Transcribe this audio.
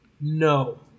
no